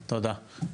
תודה.